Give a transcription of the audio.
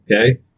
Okay